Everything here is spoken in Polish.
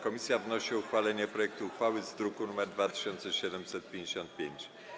Komisja wnosi o uchwalenie projektu uchwały z druku nr 2755.